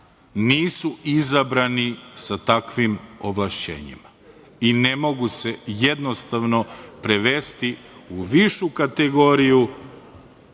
nisu izabrani sa takvim ovlašćenjima i ne mogu se jednostavno prevesti u višu kategoriju,